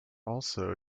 also